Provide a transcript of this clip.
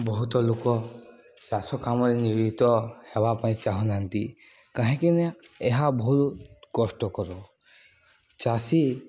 ବହୁତ ଲୋକ ଚାଷ କାମରେ ନିୟୋଜିତ ହେବା ପାଇଁ ଚାହୁଁନାହାନ୍ତି କାହିଁକି ନା ଏହା ବହୁତ କଷ୍ଟକର ଚାଷୀ